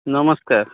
ନମସ୍କାର